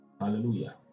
Hallelujah